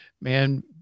Man